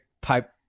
pipe